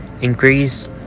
increase